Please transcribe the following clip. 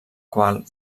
qual